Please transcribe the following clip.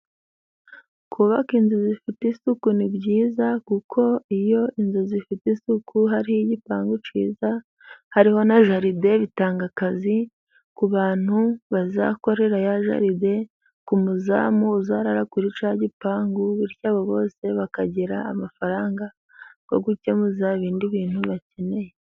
kubaka inzu zifite isuku ni byiza kuko iyo inzu zifite isuku hari igipangu cyiza hariho na jaride bitanga akazi ku bantu bazakorera ya jaride, ku muzamu uzarara kuri cya gipangu bityo bose bakagira amafaranga yo gukemuza ibindi bintu bakeneye